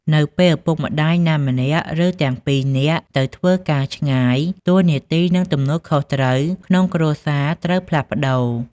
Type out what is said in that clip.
នៅពេលឪពុកម្ដាយណាម្នាក់ ឬទាំងពីរនាក់ទៅធ្វើការឆ្ងាយ តួនាទី និងទំនួលខុសត្រូវក្នុងគ្រួសារត្រូវផ្លាស់ប្តូរ។